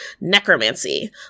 necromancy